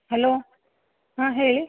hello ಹಾಂ ಹೇಳಿ